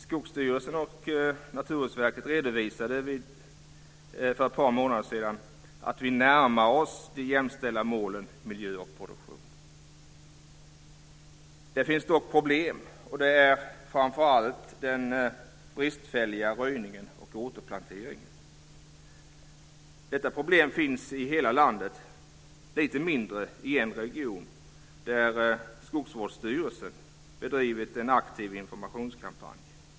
Skogsstyrelsen och Naturvårdsverket redovisade för ett par månader sedan att vi närmar oss de jämställda målen miljö och produktion. Det finns dock problem, och det är framför allt den bristfälliga röjningen och återplanteringen. Detta problem finns i hela landet, men lite mindre i en region där Skogsvårdsstyrelsen har bedrivit en aktiv informationskampanj.